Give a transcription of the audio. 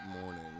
morning